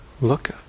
look